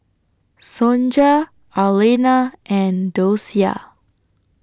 Sonja Arlena and Docia